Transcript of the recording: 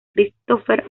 christopher